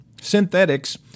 Synthetics